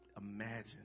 imagine